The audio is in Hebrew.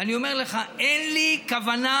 ואני אומר לך שאין לי כוונה,